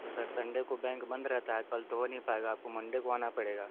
तो sir Sunday को bank बंद रहता है कल तो हो नहीं पाएगा आपको मंडे को आना पड़ेगा